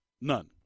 none